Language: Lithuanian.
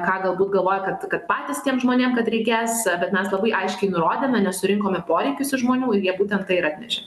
ką galbūt galvoja kad kad patys tiem žmonėm kad reikės bet mes labai aiškiai nurodėme nes surinkome poreikius iš žmonių ir jie būtent tai ir atnešė